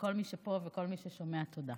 לכל מי שפה וכל מי ששומע, תודה.